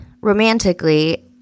romantically